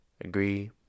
Agree